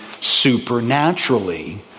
supernaturally